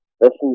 Listen